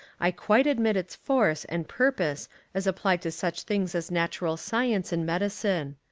i quite admit its force and purpose as applied to such things as natural science and medicine.